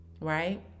right